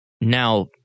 Now